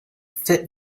fit